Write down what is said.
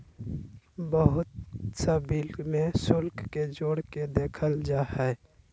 बहुत सा बिल में शुल्क के जोड़ के देखल जा हइ